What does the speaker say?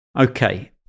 Okay